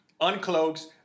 Uncloaks